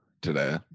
Today